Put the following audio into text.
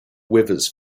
withers